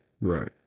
Right